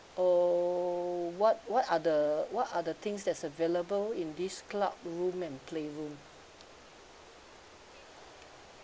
uh what what are the what are the things that's available in this clubroom and playroom